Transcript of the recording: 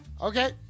Okay